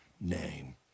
name